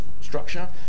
structure